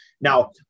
Now